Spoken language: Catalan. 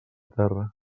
terra